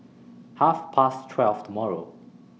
Half Past twelve tomorrow